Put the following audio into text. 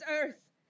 earth